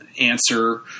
answer